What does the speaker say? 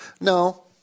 No